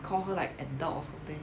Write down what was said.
call her like adult or something